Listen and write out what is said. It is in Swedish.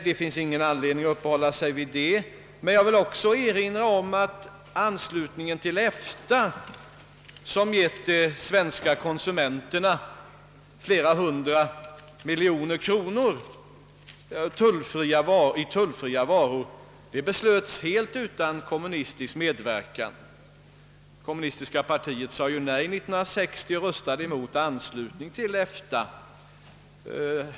Det finns ingen anledning att uppehålla sig vid detta; men jag vill också erinra om att anslutningen till EFTA, som gett de svenska konsumenterna flera hundra miljoner kronor i form av tullfria varor, beslöts helt utan kommunistisk medverkan. Det kommunistiska partiet röstade ju 1960 mot anslutning till EFTA.